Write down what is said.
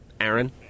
Aaron